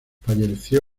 falleció